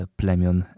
plemion